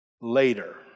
Later